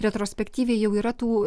retrospektyviai jau yra tų